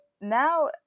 now